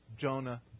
Jonah